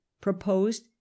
proposed